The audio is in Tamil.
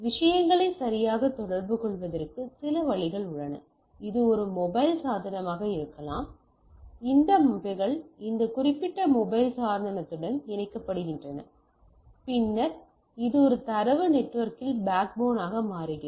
விஷயங்களை சரியாக தொடர்புகொள்வதற்கு சில வழிகள் உள்ளன இது ஒரு மொபைல் சாதனமாக இருக்கலாம் இந்த அமைப்புகள் இந்த குறிப்பிட்ட மொபைல் சாதனத்துடன் இணைக்கப்படுகின்றன பின்னர் இது தரவு நெட்வொர்க்கில் பேக்போனாக மாறுகிறது